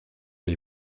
les